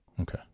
Okay